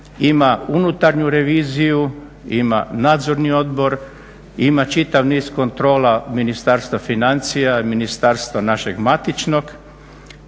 Ima unutarnju reviziju, ima nadzorni odbor, ima čitav niz kontrola Ministarstva financija, ministarstva našeg matičnog,